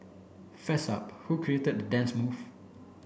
fess up who created dance move